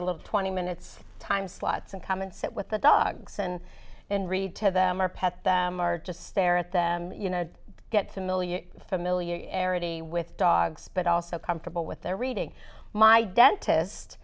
a little twenty minutes time slots and come and sit with the dogs and then read to them or pet them are just stare at them you know get familiar familiarity with dogs but also comfortable with their reading my dentist